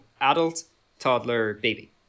adult-toddler-baby